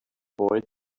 boy